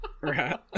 Right